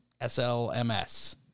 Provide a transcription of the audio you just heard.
SLMS